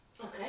Okay